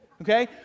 Okay